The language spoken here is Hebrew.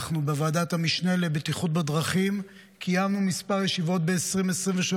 אנחנו בוועדת המשנה לבטיחות בדרכים קיימנו כמה ישיבות ב-2023.